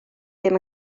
ddim